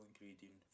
ingredient